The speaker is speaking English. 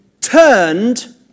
turned